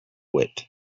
wit